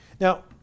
Now